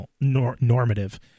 normative